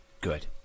good